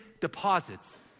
deposits